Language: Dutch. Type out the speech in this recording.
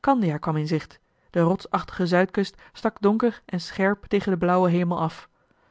kandia kwam in zicht de rotsachtige zuidkust stak donker en scherp tegen den blauwen hemel af